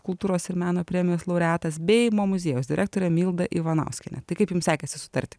kultūros ir meno premijos laureatas bei mo muziejaus direktorė milda ivanauskienė tai kaip jums sekėsi sutarti